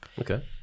Okay